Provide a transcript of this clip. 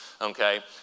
okay